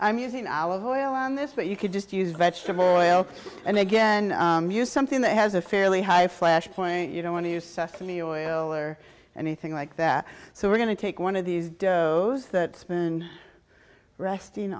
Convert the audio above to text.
i'm using olive oil on this but you could just use vegetable oil and again use something that has a fairly high flash point you don't want to use sesame oil or anything like that so we're going to take one of these that been resting